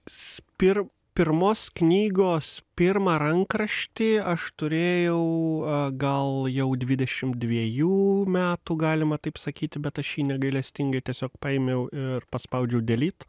spir pirmos knygos pirmą rankraštį aš turėjau gal jau dvidešimt dviejų metų galima taip sakyti bet aš jį negailestingai tiesiog paėmiau ir paspaudžiau delyt